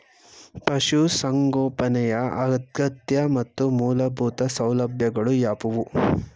ಪಶುಸಂಗೋಪನೆಯ ಅಗತ್ಯ ಮತ್ತು ಮೂಲಭೂತ ಸೌಲಭ್ಯಗಳು ಯಾವುವು?